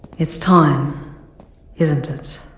it's time isn't it